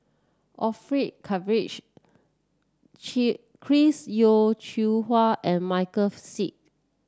Orfeur Cavenagh Chris Yeo Siew Hua and Michael Seet